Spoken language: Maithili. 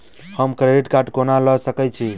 हम क्रेडिट कार्ड कोना लऽ सकै छी?